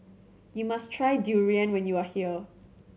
you must try durian when you are here